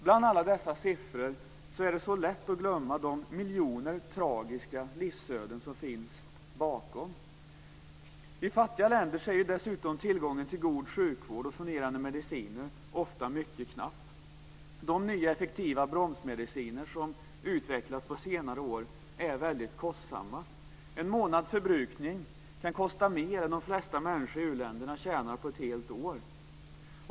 Bland alla dessa siffror är det ändå lätt att glömma de miljoner tragiska livsöden som finns bakom. I fattiga länder är dessutom tillgången till god sjukvård och fungerande mediciner ofta mycket knapp. De nya, effektiva bromsmediciner som utvecklats på senare år är väldigt kostsamma. En månads förbrukning kan kosta mer än de flesta människor i uländerna tjänar på ett helt år.